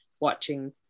watching